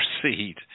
proceed